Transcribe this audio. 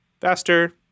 faster